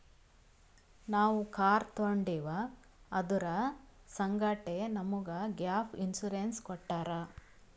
ನಾವ್ ಕಾರ್ ತೊಂಡಿವ್ ಅದುರ್ ಸಂಗಾಟೆ ನಮುಗ್ ಗ್ಯಾಪ್ ಇನ್ಸೂರೆನ್ಸ್ ಕೊಟ್ಟಾರ್